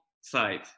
side